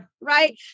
right